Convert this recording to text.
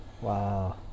Wow